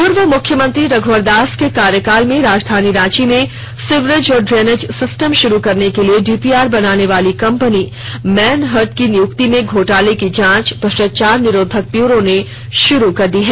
पूर्व मुख्यमंत्री रघ्वर दास के कार्यकाल में राजधानी रांची में सिवरेज और ड्रेनेज सिस्टम शुरू करने के लिए डीपीआर बनाने वाली कंपनी मैनहर्ट की नियुक्ति में घोटाले की जांच भ्रष्टाचार निरोधक ब्यूरो ने शुरू कर दी है